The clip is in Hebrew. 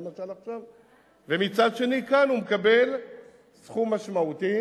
למשל עכשיו, ומצד שני כאן הוא מקבל סכום משמעותי